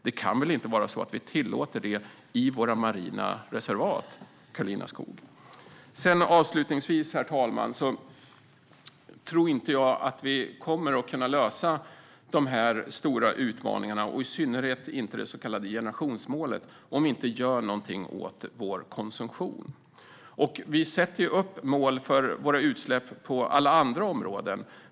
Det kan väl inte vara så att vi tillåter det i våra marina reservat, Karolina Skog? Avslutningsvis, herr talman, tror jag inte att vi kommer att kunna lösa de stora utmaningarna, och i synnerhet inte det så kallade generationsmålet, om vi inte gör något åt vår konsumtion. Vi sätter ju upp mål för utsläpp på alla andra områden.